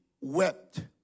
wept